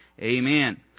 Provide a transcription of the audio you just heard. Amen